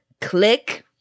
Click